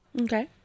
Okay